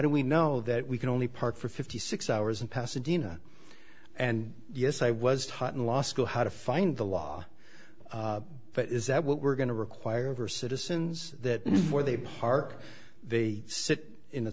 do we know that we can only park for fifty six hours in pasadena and yes i was taught in law school how to find the law is that what we're going to require over citizens that where they park they sit in